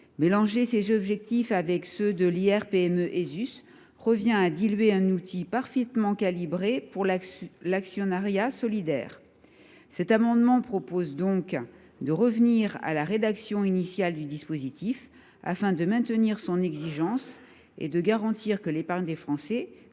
mélanger ces objectifs avec ceux de l’IR PME Esus revient à diluer un outil parfaitement calibré pour l’actionnariat solidaire. Par cet amendement, nous proposons donc d’en revenir au dispositif initial afin de maintenir son exigence et de garantir que l’épargne des Français